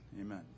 Amen